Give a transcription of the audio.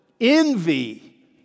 Envy